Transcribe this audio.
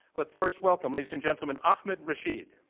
but first welcome, ladies and gentlemen, ahmed rashid.